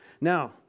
Now